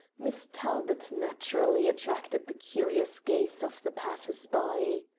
miss talbot naturally attracted the curious gaze of the passers by.